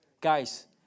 Guys